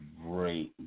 great